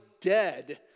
dead